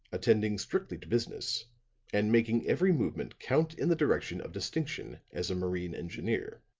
attending strictly to business and making every movement count in the direction of distinction as a marine engineer.